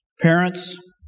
parents